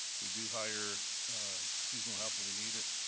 we do hire seasonal help when we need it.